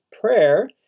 prayer